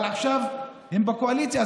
אבל עכשיו הם בקואליציה,